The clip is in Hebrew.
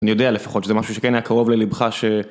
אני יודע לפחות שזה משהו שכן היה קרוב ללבך ש...